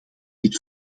dit